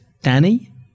Danny